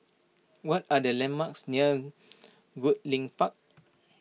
what are the landmarks near Goodlink Park